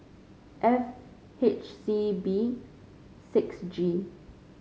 F H C B six G